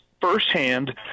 firsthand